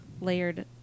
layered